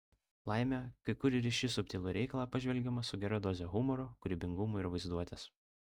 laimė kai kur ir į šį subtilų reikalą pažvelgiama su gera doze humoro kūrybingumo ir vaizduotės